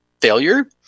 failure